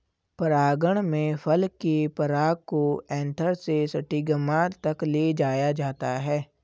परागण में फल के पराग को एंथर से स्टिग्मा तक ले जाया जाता है